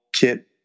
kit